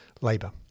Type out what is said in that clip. Labour